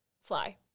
Fly